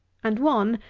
and one,